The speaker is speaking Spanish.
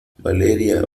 valeria